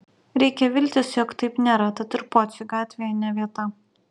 reikia viltis jog taip nėra tad ir pociui gatvėje ne vieta